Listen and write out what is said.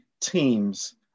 teams